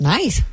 Nice